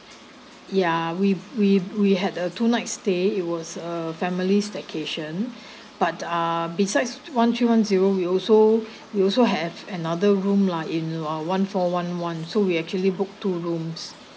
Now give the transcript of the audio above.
ya we we we had a two night stay it was a family's vacation but ah besides one three one zero we also we also have another room lah in uh one four one one so we actually book two rooms